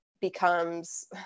becomes